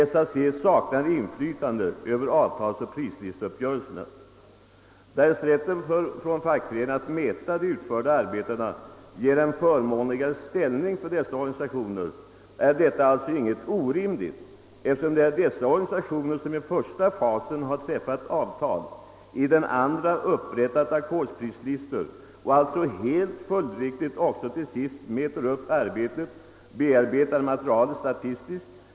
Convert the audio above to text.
SAC saknar inflytande över avtals-- och prislisteuppgörelserna. Därest rätten för fackföreningarna att mäta de utförda arbetena ger en förmånligare ställning för de fackliga organisationerna är detta inget orimligt, eftersom det är dessa organisationer som i första fasen har träffat avtal och i andra fasen upprättat ackordsprislistor. Det är tvärtom helt följdriktigt att de till sist också mäter upp arbetet och bearbetar materialet statistiskt.